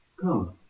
come